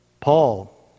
Paul